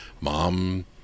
mom